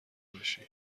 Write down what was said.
باشی